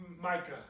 Micah